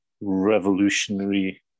revolutionary